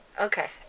Okay